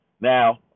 Now